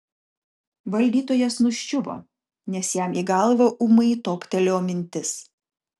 valdytojas nuščiuvo nes jam į galvą ūmai toptelėjo mintis